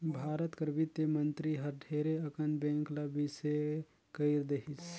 भारत कर बित्त मंतरी हर ढेरे अकन बेंक ल बिले कइर देहिस